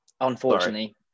Unfortunately